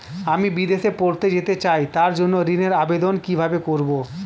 আমি বিদেশে পড়তে যেতে চাই তার জন্য ঋণের আবেদন কিভাবে করব?